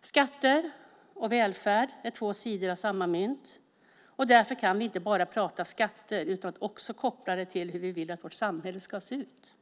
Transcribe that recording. Skatter och välfärd är två sidor av samma mynt. Därför kan vi inte prata skatter utan att också koppla det till hur vi vill att vårt samhälle ska se ut.